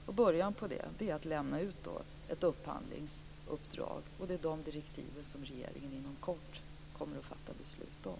Och en början på det uppdraget är att lämna ut ett upphandlingsuppdrag. Det är de direktiven som regeringen inom kort kommer att fatta beslut om.